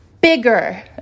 Bigger